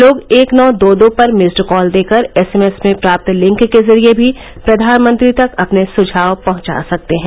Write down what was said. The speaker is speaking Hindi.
लोग एक नौ दो दो पर मिस्ड कॉल देकर एसएमएस में प्राप्त लिंक के जरिए भी प्रधानमंत्री तक अपने सुझाव पहुंचा सकते हैं